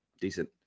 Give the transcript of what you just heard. decent